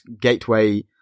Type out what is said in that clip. Gateway